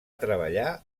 treballar